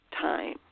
time